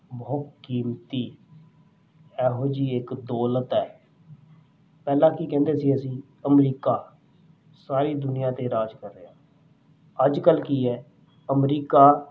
ਬਹੁ ਕੀਮਤੀ ਇਹੋ ਜਿਹੀ ਇੱਕ ਦੌਲਤ ਹੈ ਪਹਿਲਾਂ ਕੀ ਕਹਿੰਦੇ ਸੀ ਅਸੀਂ ਅਮਰੀਕਾ ਸਾਰੀ ਦੁਨੀਆ 'ਤੇ ਰਾਜ ਕਰ ਰਿਹਾ ਅੱਜ ਕੱਲ ਕੀ ਹੈ ਅਮਰੀਕਾ